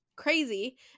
Crazy